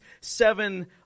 seven